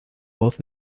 voz